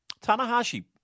Tanahashi